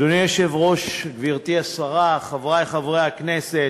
אדוני היושב-ראש, גברתי השרה, חברי חברי הכנסת,